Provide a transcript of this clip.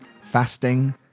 fasting